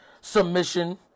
submission